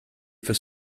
for